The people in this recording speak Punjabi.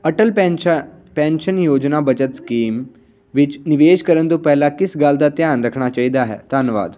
ਅਟਲ ਪੈਨਸ਼ ਪੈਨਸ਼ਨ ਯੋਜਨਾ ਬੱਚਤ ਸਕੀਮ ਵਿੱਚ ਨਿਵੇਸ਼ ਕਰਨ ਤੋਂ ਪਹਿਲਾ ਕਿਸ ਗੱਲ ਦਾ ਧਿਆਨ ਰੱਖਣਾ ਚਾਹੀਦਾ ਹੈ ਧੰਨਵਾਦ